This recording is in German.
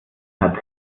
hat